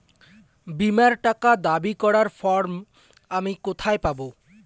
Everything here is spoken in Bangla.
বীমার টাকা দাবি করার ফর্ম আমি কোথায় পাব?